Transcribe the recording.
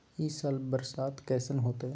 ई साल बरसात कैसन होतय?